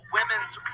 Women's